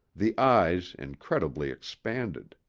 the eyes incredibly expanded.